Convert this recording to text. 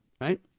right